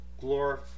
glory